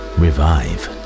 revive